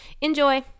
enjoy